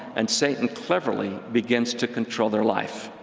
and satan cleverly begins to control their life.